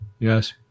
Yes